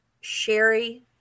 Sherry